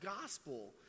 gospel